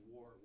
War